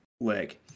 leg